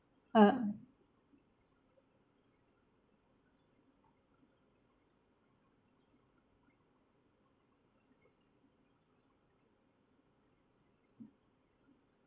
uh